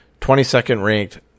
22nd-ranked